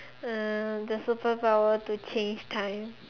uh the superpower to change time